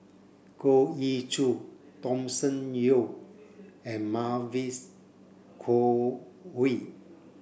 Goh Ee Choo Thomas Yeo and Mavis Khoo Oei